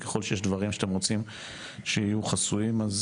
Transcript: וככל שיש דברים שאתם רוצים שיהיו חסויים אז